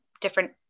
different